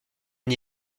n’y